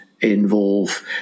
involve